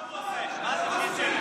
אז מה הוא עושה?